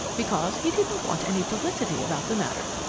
because he didn't want any publicity about the matter.